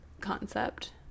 concept